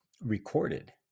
recorded